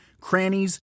crannies